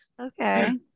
Okay